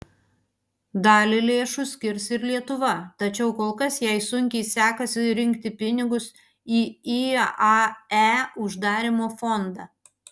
dalį lėšų skirs ir lietuva tačiau kol kas jai sunkiai sekasi rinkti pinigus į iae uždarymo fondą